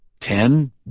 Ten